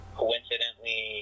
coincidentally